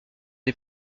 des